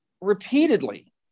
repeatedly